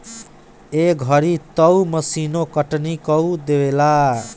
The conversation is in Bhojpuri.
ए घरी तअ मशीनो कटनी कअ देवेला